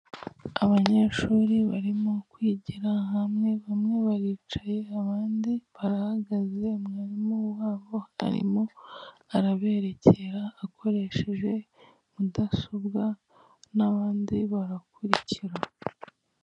Abanyeshuri barimo kwigira hamwe, bamwe baricaye abandi barahagaze mwarimu wabo arimu arabererekera akoresheje mudasobwa n'abandi barakurikira.